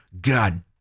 God